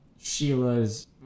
sheila's